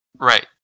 Right